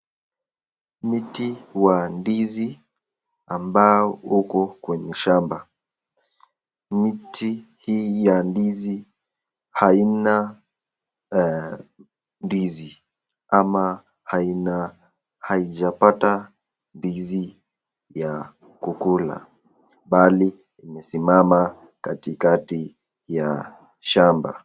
Mti wa ndizi ambao uko kwenye shamba. Mti hii ya ndizi haina ndizi ama haina haijapata ndizi ya kukula bali imesimama katikati ya shamba.